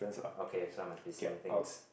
okay so I must be saying things